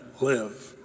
live